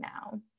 now